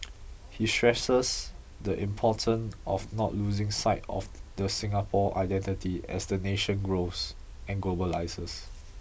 he stresses the importance of not losing sight of the Singapore identity as the nation grows and globalises